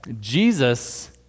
Jesus